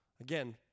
Again